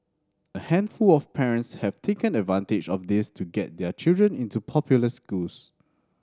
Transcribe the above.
a handful of parents have taken advantage of this to get their children into popular schools